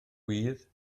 ŵydd